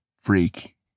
freak